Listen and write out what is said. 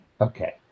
okay